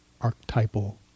archetypal